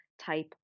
type